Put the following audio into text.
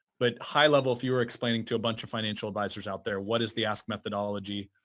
but high level, if you were explaining to a bunch of financial advisors out there, what is the ask methodology?